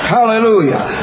Hallelujah